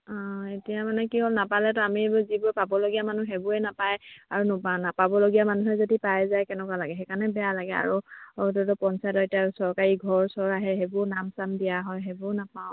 অঁ এতিয়া মানে কি হ'ল নাপালেতো আমি এই যিবোৰ পাবলগীয়া মানুহ সেইবোৰেই নাপায় আৰু নোপো নাপাবলগীয়া মানুহে যদি পাই যায় কেনেকুৱা লাগে সেইকাৰণে বেয়া লাগে আৰু ততো পঞ্চায়তত এতিয়া আৰু চৰকাৰী ঘৰ চৰ আহে সেইবোৰ নাম চাম দিয়া হয় সেইবোৰো নাপাওঁ